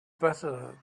better